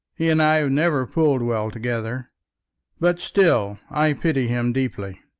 he and i have never pulled well together but still i pity him deeply.